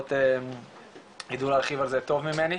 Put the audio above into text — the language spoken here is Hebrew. והדוברות יידעו להרחיב על זה טוב ממני.